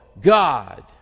God